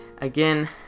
again